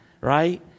right